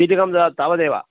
चीटिकां ददातु तावदेव